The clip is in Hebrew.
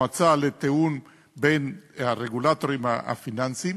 מועצה לתיאום בין הרגולטורים הפיננסיים.